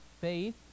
Faith